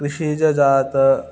कृषीजजातम्